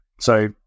So-